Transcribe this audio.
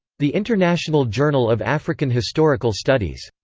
the international journal of african historical studies.